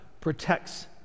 protects